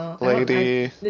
lady